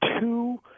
two